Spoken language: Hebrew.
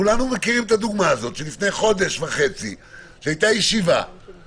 כולנו מכירים את הדוגמה שלפני חודש וחצי היה מוסד